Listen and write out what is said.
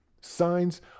signs